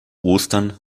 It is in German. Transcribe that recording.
ostern